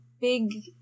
big